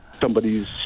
somebody's